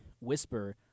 whisper